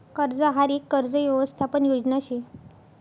कर्ज आहार यक कर्ज यवसथापन योजना शे